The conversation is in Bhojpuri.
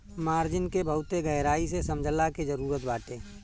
मार्जिन के बहुते गहराई से समझला के जरुरत बाटे